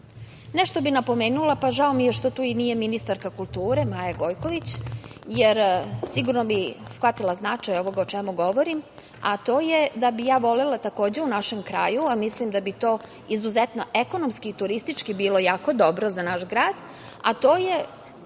bih napomenula, pa, žao mi je što tu nije i ministarka kulture, Maja Gojković, jer sigurno bi shvatila značaj ovoga o čemu govorim, a to je da bih ja volela takođe u našem kraju, a mislim da bi to izuzetno ekonomski i turistički bilo jako dobro za naš grad, a to je